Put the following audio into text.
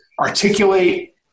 articulate